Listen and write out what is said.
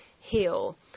heal